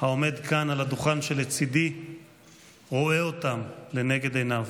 העומד כאן על הדוכן שלצידי רואה אותם לנגד עיניו,